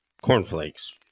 cornflakes